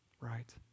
Right